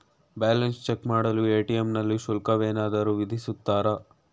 Balance check ಮಾಡಲು ATM ನಲ್ಲಿ ಶುಲ್ಕವೇನಾದರೂ ವಿಧಿಸುತ್ತಾರಾ?